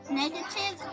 negative